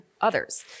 others